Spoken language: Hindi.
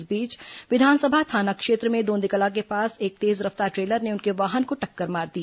इस बीच विधानसभा थाना क्षेत्र में दोंदेकला के पास एक तेज रफ्तार ट्रेलर ने उनके वाहन को टक्कर मार दी